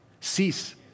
Cease